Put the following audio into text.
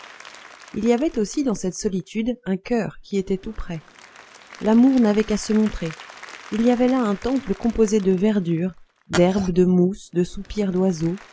il y avait aussi dans cette solitude un coeur qui était tout prêt l'amour n'avait qu'à se montrer il avait là un temple composé de verdures d'herbe de mousse de soupirs d'oiseaux